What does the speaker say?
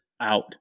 out